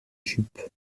jupe